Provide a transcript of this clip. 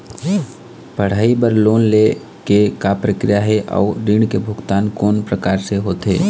पढ़ई बर लोन ले के का प्रक्रिया हे, अउ ऋण के भुगतान कोन प्रकार से होथे?